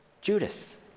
Judas